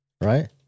right